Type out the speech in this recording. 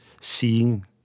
seeing